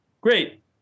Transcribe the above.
Great